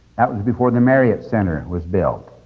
that was before the marriott center was built,